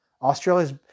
Australia's